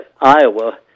Iowa